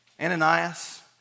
ananias